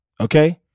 Okay